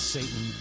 Satan